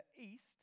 east